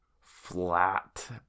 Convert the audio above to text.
flat